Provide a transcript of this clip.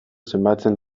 zenbatzen